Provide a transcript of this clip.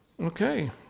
Okay